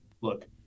look